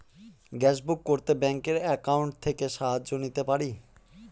Gas book করতে ব্যাংকের account থেকে সাহায্য নিতে পারি?